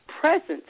presence